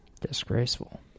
Disgraceful